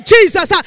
Jesus